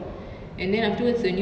um near orchard